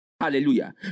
Hallelujah